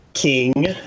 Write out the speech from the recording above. King